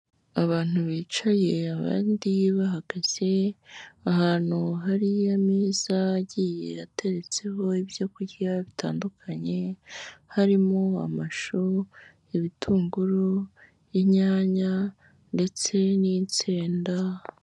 Abantu bicaye abandi bahagaze ahantu hari ameza agiye ateretseho ibyo kurya bitandukanye harimo amashu, ibitunguru, inyanya ndetse n'insenda.